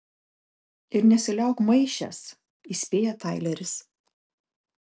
ir nesiliauk maišęs įspėja taileris